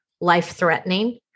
life-threatening